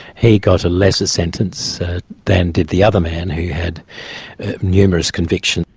he got a lesser sentence than did the other man who had numerous convictions.